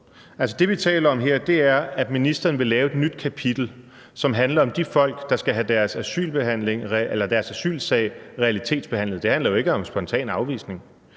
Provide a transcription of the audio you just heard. ministeren vil lave et nyt kapitel, som handler om de folk, der skal have deres asylsag realitetsbehandlet. Det handler jo ikke om spontan afvisning.